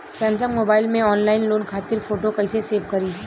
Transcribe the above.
Samsung mobile में online loan खातिर photo कैसे सेभ करीं?